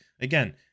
Again